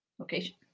Location